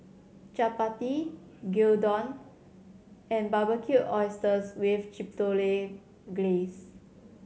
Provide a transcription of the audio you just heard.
Chapati Gyudon and Barbecued Oysters with Chipotle Glaze